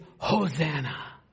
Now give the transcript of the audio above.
Hosanna